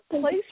place